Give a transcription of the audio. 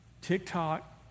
TikTok